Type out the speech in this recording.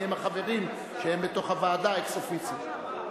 מיהם החברים שהם בתוך הוועדה אקס-אופיציו.